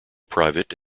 private